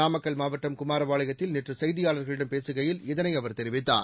நாமக்கல் மாவட்டம் குமாரப்பாளையத்தில் நேற்று செய்தியாளர்களிடம் பேசுகையில் இதனை அவர் தெரிவித்தார்